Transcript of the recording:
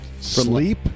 Sleep